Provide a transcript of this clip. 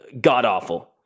god-awful